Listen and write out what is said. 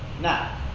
Now